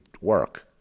work